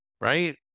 Right